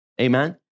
Amen